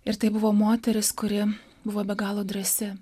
ir tai buvo moteris kuri buvo be galo drąsi